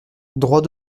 droit